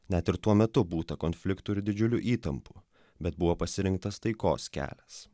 net ir tuo metu būta konfliktų ir didžiulių įtampų bet buvo pasirinktas taikos kelias